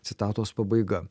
citatos pabaiga